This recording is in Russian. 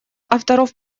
авторов